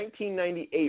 1998